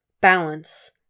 Balance